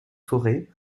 forêt